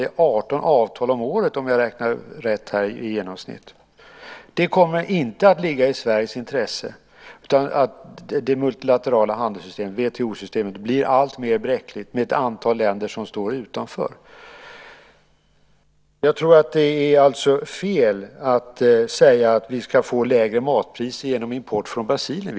Det är 18 avtal om året i genomsnitt, om jag räknar rätt. Det kommer inte att ligga i Sveriges intresse att det multilaterala handelssystemet, WTO-systemet, blir alltmer bräckligt med ett antal länder som står utanför. Jag tror att det är fel att säga att vi ska få lägre matpriser genom import från Brasilien.